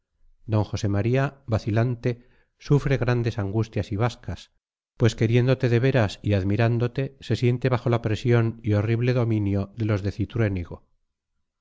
d josé maría vacilante sufre grandes angustias y bascas pues queriéndote de veras y admirándote se siente bajo la presión y horrible dominio de los